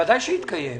בוודאי שיתקיים.